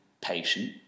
patient